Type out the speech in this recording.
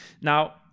Now